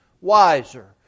wiser